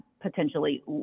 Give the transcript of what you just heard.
potentially